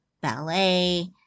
ballet